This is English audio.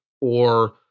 or-